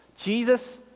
Jesus